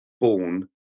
born